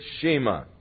Shema